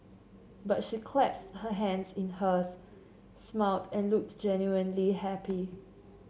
but she clasped her hands in hers smiled and looked genuinely happy